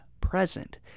present